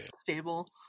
stable